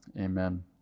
Amen